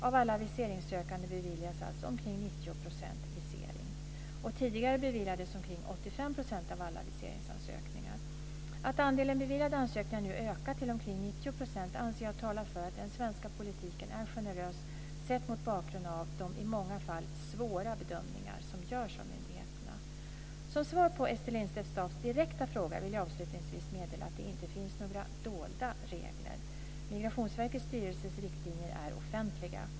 Av alla viseringssökande beviljas alltså omkring 90 % visering. Tidigare beviljades omkring 85 % av alla viseringsansökningar. Att andelen beviljade ansökningar nu ökat till omkring 90 % anser jag tala för att den svenska politiken är generös sett mot bakgrund av de i många fall svåra bedömningar som görs av myndigheterna. Som svar på Ester Lindstedt-Staafs direkta fråga vill jag avslutningsvis meddela att det inte finns några dolda regler. Migrationsverkets styrelses riktlinjer är offentliga.